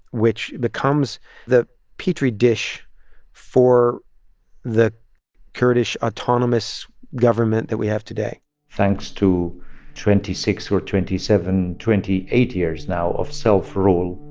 which becomes the petri dish for the kurdish autonomous government that we have today thanks to twenty six or twenty seven, twenty eight years now of self-rule,